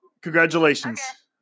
congratulations